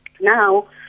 Now